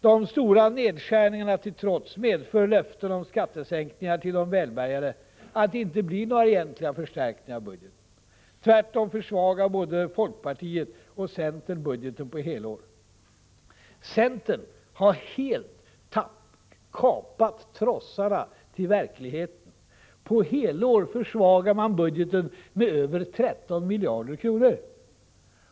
De stora nedskärningarna till trots medför löftena om skattesänkningar till de välbärgade att det inte blir några egentliga förstärkningar av budgeten. Tvärtom försvagar både folkpartiet och centern budgeten på helår. Centern har helt kapat trossarna till verkligheten. På helår försvagar man budgeten med över 13 miljarder kronor.